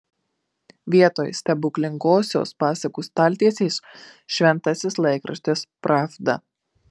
vietoj stebuklingosios pasakų staltiesės šventasis laikraštis pravda